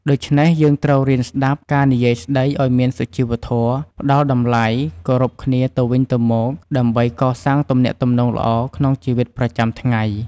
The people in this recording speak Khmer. ដូច្នេះយើងត្រូវរៀនស្តាប់ ការនិយាយស្តីឲ្យមានសុជីវធម៌ ផ្តល់តម្លៃ គោរពគ្នាទៅវិញទៅមកដើម្បីកសាងទំនាក់ទំនងល្អក្នុងជីវិតប្រចាំថ្ងៃ។